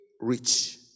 rich